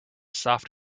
soft